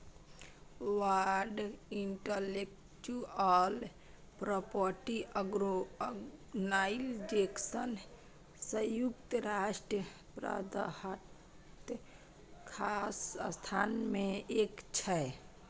world intellectual property organization संयुक्त राष्ट्रक पंद्रहटा खास संस्था मे एक छै